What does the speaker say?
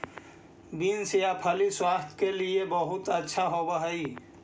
beans या फली स्वास्थ्य के लिए बहुत अच्छा होवअ हई